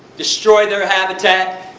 destroy their habitat.